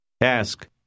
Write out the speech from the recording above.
Ask